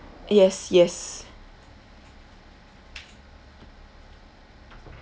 yes yes